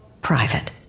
private